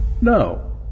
No